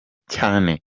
cyane